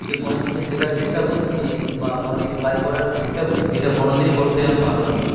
যে কোনো কিছু সেকার চেষ্টা করছি বা কোনো কিছু কাজ করার চেষ্টা কোচ্ছি যেটা কোনোদিনই করতে আমি পারবনা